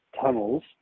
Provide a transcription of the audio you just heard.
tunnels